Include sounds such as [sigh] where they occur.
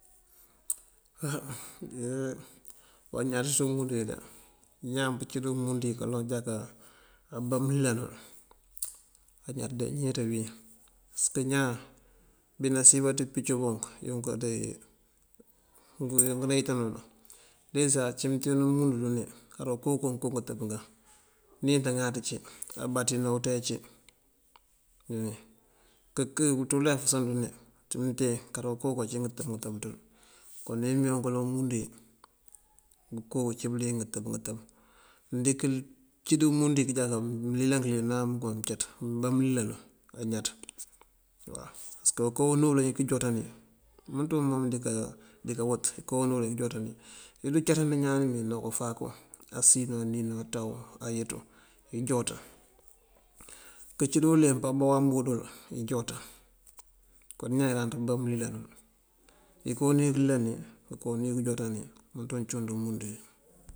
Á [hesitation] waŋ ñaţ ţí umundu wí de. Ñaan pëcí ţí umundu kaloŋ wí apëjáka abá mëlilanu añaţ de, njí neţe wín. Pasëk ñaan bí nasíyën baţí pícubunk yunk dí nayeeţa nudunk. Desá ucí mënteen umundu wí dune kara uko o uko ngënko ngëtëb ngaŋ, níinţ ná ŋáaţ ací, abáţí na uţee ací. Mënwín ţí uleef dune cí mënteen kara uko o uko ací ngëtëb ngëtëb dul. Kon wul wí mëmee wuŋ kaloŋ umundu wí ngëko cí bëliyëng ngëtëb ngëtëb. Mëndiŋ këcí ţí umundu wí këjáka mëlilan këlilan áa mënkëma mëncaţ mëmbá mëlilanu kañaţ waw. Pasëk aká unú uloŋ wí këjooţan wí, wumënţ wuŋ mom dika wëţ aká unú uloŋ wí këjooţan. Wí adu caţandën ñaan ní meeyi nako fáaku asinú, aninú, aţawu, ayëţú ijooţan. Këcí dí uleemp abá wambudul ijooţan, kon ñaan yënláanţ pëbá mëlilan nul. Aká unú wí këlilan wí këka unú wí këjooţan wí, wuŋ mënţ wuŋ cíwun ţí umundu wí.